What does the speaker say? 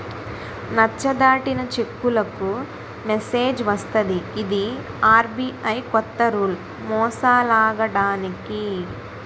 నచ్చ దాటిన చెక్కులకు మెసేజ్ వస్తది ఇది ఆర్.బి.ఐ కొత్త రూల్ మోసాలాగడానికి